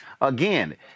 Again